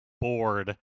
bored